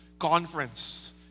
conference